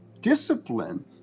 discipline